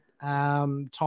time